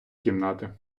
кімнати